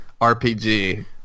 RPG